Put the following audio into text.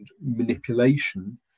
manipulation